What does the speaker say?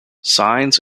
signs